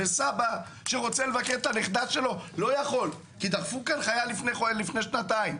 סבא שרוצה לבקר את הנכדה שלו לא יכול כי דחפו כאן חייל לפני שנתיים,